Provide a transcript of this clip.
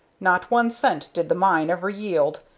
not one cent did the mine ever yield,